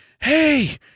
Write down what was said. hey